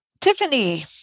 Tiffany